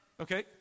Okay